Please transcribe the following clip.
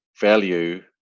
value